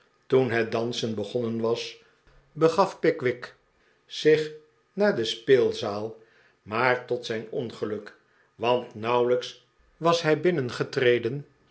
toen het dansen begonnen was begaf pickwick zich naar de speelzaal maar tot zijn ongeluk want nauwelijks was hij binnengetreden